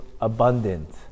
abundant